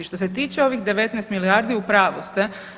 Što se tiče ovih 19 milijardi u pravu ste.